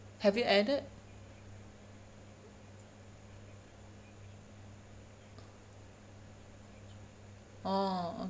have you added orh